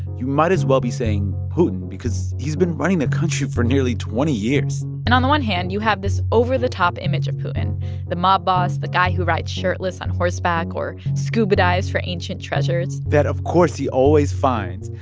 you might as well be saying putin because he's been running the country for nearly twenty years and on the one hand, you have this over-the-top image of putin the mob boss, the guy who rides shirtless on horseback or scuba dives for ancient treasures that, of course, he always finds.